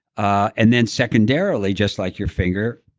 ah and then secondarily, just like your finger,